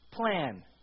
plan